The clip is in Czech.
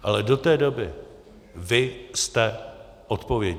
Ale do té doby vy jste odpovědní.